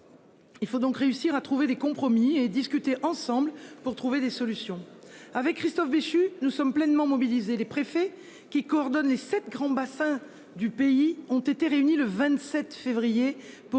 Il faut donc réussir à trouver des compromis et discuter ensemble pour trouver des solutions avec Christophe Béchu. Nous sommes pleinement mobilisés les préfets qui coordonnent les sept grands bassins du pays ont été réunis le 27 février pour